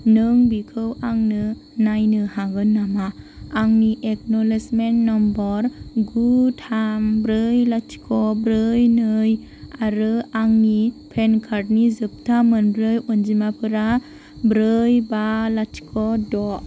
नों बेखौ आंनो नायनो हागोन नामा आंनि एक्न'लेजमेन्ट नम्बर गु थाम ब्रै लाथिख' ब्रै नै आरो आंनि पान कार्डनि जोबथा मोनब्रै अनजिमाफोरा ब्रै बा लाथिख' द